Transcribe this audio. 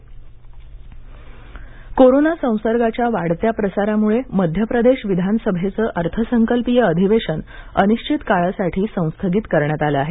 मध्यप्रदेश विधानसभा कोरोना संसर्गाच्या वाढत्या प्रसारामुळे मध्यप्रदेश विधानसभेचं अर्थसंकल्पीय अधिवेशन अनिश्वित काळासाठी संस्थगित करण्यात आलं आहे